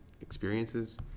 experiences